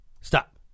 Stop